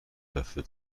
dafür